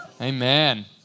Amen